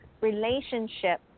relationship